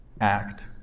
act